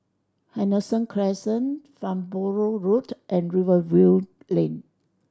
Henderson Crescent Farnborough Road and Rivervale Lane